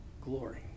glory